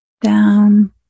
down